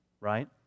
right